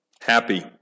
Happy